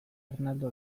ernaldu